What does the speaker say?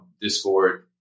Discord